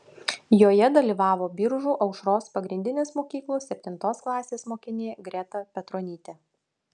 joje dalyvavo biržų aušros pagrindinės mokyklos septintos klasės mokinė greta petronytė